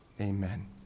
Amen